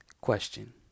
Question